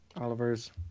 Oliver's